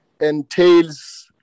entails